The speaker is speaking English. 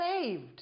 saved